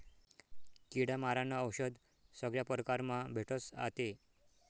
किडा मारानं औशद सगया परकारमा भेटस आते